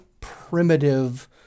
primitive